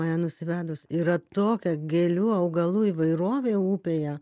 mane nusivedus yra tokia gėlių augalų įvairovė upėje